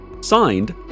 Signed